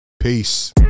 Peace